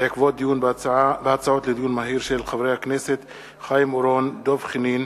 הצעת חברי הכנסת חיים אורון, דב חנין,